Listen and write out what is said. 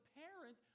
parent